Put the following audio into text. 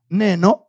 neno